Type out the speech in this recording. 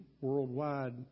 worldwide